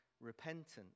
repentant